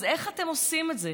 אז איך אתם עושים את זה?